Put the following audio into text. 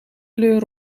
kleur